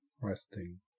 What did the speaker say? Resting